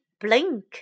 Blink